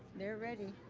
they're ready.